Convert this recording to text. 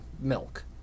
milk